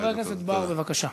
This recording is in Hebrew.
חבר הכנסת בר, בבקשה.